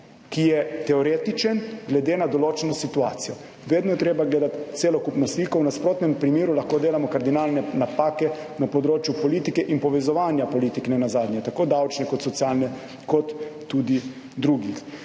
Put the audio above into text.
ki je teoretičen glede na določeno situacijo. Vedno je treba gledati celokupno sliko. V nasprotnem primeru lahko delamo kardinalne napake na področju politike in povezovanja politik, nenazadnje, tako davčne kot socialne kot tudi drugih.